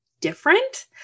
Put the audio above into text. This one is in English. different